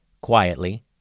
Quietly